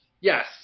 yes